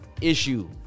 issue